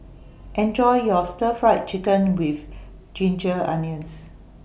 Enjoy your Stir Fried Chicken with Ginger Onions